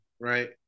right